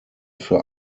für